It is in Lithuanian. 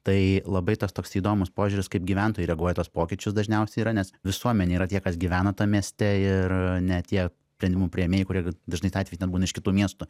tai labai tas toks įdomus požiūris kaip gyventojai reaguoja į tuos pokyčius dažniausiai yra nes visuomenė yra tie kas gyvena tam mieste ir ne tie sprendimų priėmėjai kurie dažnais atvejais net būna iš kitų miestų